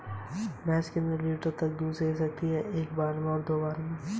UPI ID का मतलब क्या होता है?